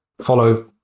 follow